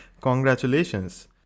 congratulations